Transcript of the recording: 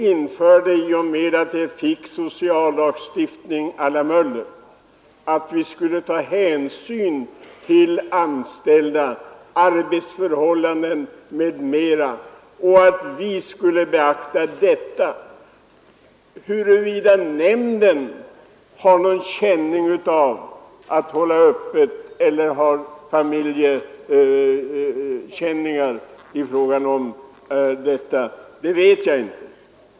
I och med att vi fick en sociallagstiftning å la Gustav Möller införde vi ett hänsynstagande till de anställda, deras arbetsförhållanden m.m. Vi skulle beakta deras situation. Huruvida några av nämndens ledamöter på grund av familjeband får någon känning av ett öppethållande på julafton vet jag inte.